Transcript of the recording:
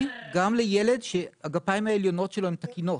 גם לילד שהגפיים העליונות שלו הן תקינות.